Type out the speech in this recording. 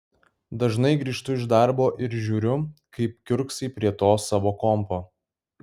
dažnai grįžtu iš darbo ir žiūriu kaip kiurksai prie to savo kompo